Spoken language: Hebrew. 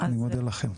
אני מודה לכם.